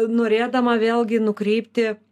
norėdama vėlgi nukreipti